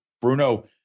Bruno